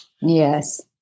Yes